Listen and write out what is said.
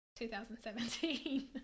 2017